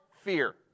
fear